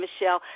michelle